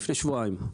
לפני שבועיים.